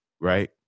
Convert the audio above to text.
right